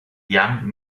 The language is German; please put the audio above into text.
jan